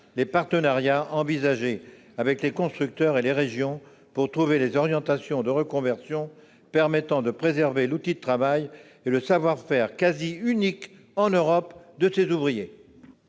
les partenariats envisagés avec les constructeurs et les régions pour trouver des orientations, en termes de reconversion, permettant de préserver l'outil de travail et le savoir-faire, quasiment unique en Europe, de ces ouvriers